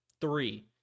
three